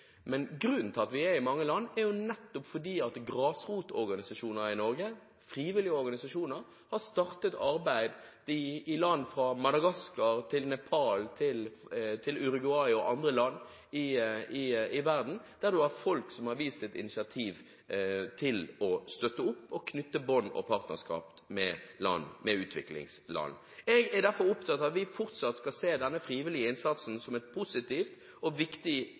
Men grunnen til at vi er i mange land, er nettopp at grasrotorganisasjoner i Norge, frivillige organisasjoner, har startet arbeid i land som Madagaskar, Nepal, Uruguay og andre land i verden, der en har folk som har vist et initiativ til å støtte opp om – og knytte bånd og partnerskap med – utviklingsland. Jeg er derfor opptatt av at vi fortsatt skal se denne frivillige innsatsen som et positivt og viktig